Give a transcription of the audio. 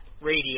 radio